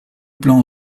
plan